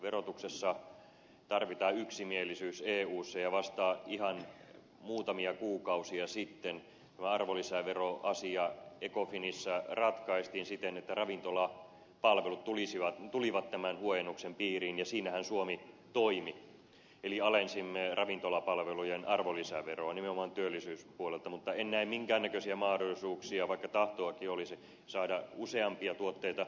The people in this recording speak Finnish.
verotuksessa tarvitaan yksimielisyys eussa ja vasta ihan muutamia kuukausia sitten tämä arvonlisäveroasia ecofinissä ratkaistiin siten että ravintolapalvelut tulivat tämän huojennuksen piiriin ja siinähän suomi toimi eli alensimme ravintolapalvelujen arvonlisäveroa nimenomaan työllisyyspuolelta mutta en näe minkään näköisiä mahdollisuuksia vaikka tahtoakin olisi saada useampia tuotteita alennuksen piiriin